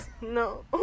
No